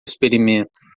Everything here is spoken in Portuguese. experimento